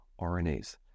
RNAs